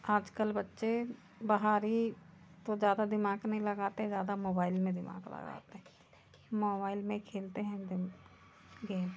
आज कल बच्चे बाहर ही बहुत ज़्यादा दिमाग़ नहीं लगाते ज़्यादा मोबाईल में दिमाग़ लगाते हैं मोबाईल में खेलते हैं दिन गेम